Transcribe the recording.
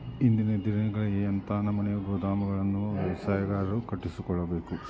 ಇಂದಿನ ದಿನಗಳಲ್ಲಿ ಎಂಥ ನಮೂನೆ ಗೋದಾಮುಗಳನ್ನು ವ್ಯವಸಾಯಗಾರರು ಕಟ್ಟಿಸಿಕೊಳ್ಳಬೇಕು?